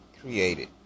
created